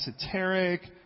esoteric